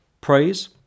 praise